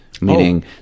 meaning